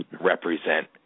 represent